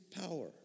power